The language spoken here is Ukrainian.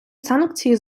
санкції